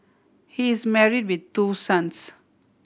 he is married with two sons